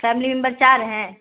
family member چار رہ ہیں